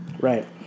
Right